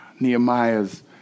Nehemiah's